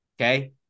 Okay